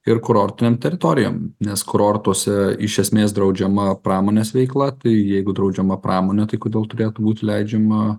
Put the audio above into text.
ir kurortinėm teritorijom nes kurortuose iš esmės draudžiama pramonės veikla tai jeigu draudžiama pramonė tai kodėl turėtų būti leidžiama